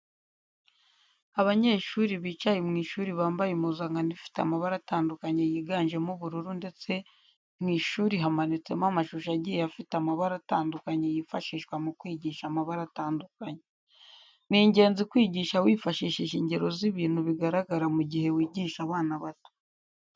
Abanyeshuri bicaye mu ishuri bambaye impuzakano ifite amabara atandukanye yiganjemo, ubururu, ndetse mwishuri hamanitsemo amashusho agiye afite amabara atandukanye yifashishwa mu kwigisha amabara atandukanye. Ni ngenzi kwigisha wifashishije ingero zi bintu bigaragara mu gihe wigisha abana bato.